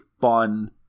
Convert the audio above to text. fun